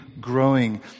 growing